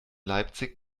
leipzig